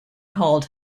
called